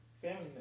Family